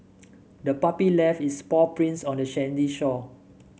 the puppy left its paw prints on the sandy shore